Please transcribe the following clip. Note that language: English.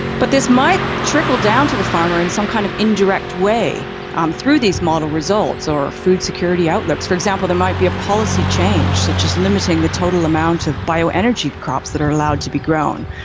but this might trickle down to the farmer in some kind of indirect way um through these model results or food security outlooks. for example, there might be a policy change such as limiting the total amount of bioenergy crops that are allowed to be grown,